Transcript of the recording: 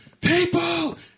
People